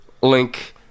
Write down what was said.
link